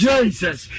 Jesus